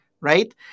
right